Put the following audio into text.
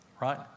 right